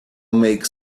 make